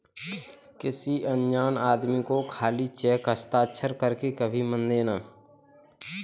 किसी अनजान आदमी को खाली चेक हस्ताक्षर कर के कभी मत देना